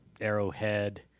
Arrowhead